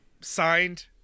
signed